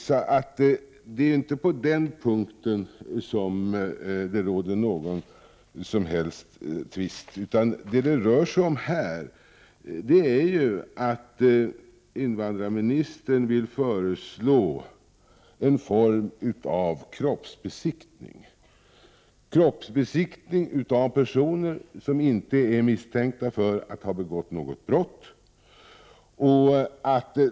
På den punkten är det inte fråga om någon som helst tvist. Det rör sig i stället om att invandrarministern vill föreslå en form av kroppsbesiktning av personer som inte är misstänkta för att ha begått något brott.